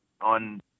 on